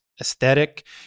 aesthetic